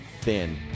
thin